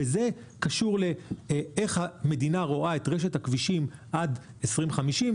וזה קשור לשאלה איך המדינה רואה את רשת הכבישים עד 2050,